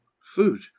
food